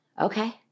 okay